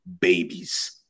babies